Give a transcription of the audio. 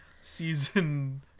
season